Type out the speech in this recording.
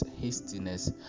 hastiness